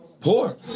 poor